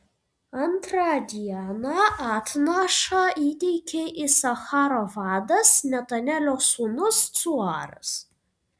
antrą dieną atnašą įteikė isacharo vadas netanelio sūnus cuaras